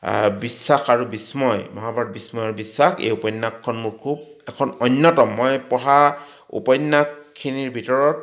বিশ্বাস আৰু বিস্ময় মহাভাৰত বিস্ময় আৰু বিশ্বাস এই উপন্যাসখন মোৰ খুব এখন অন্যতম মই পঢ়া উপন্যাসখিনিৰ ভিতৰত